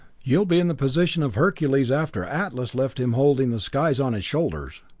you'll be in the position of hercules after atlas left him holding the skies on his shoulders.